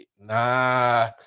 nah